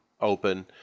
Open